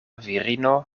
virino